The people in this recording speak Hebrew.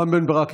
רם בן ברק,